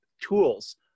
tools